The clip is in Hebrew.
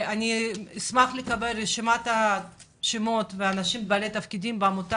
אני אשמח לקבל רשימת שמות האנשים בעלי התפקידים בעמותה,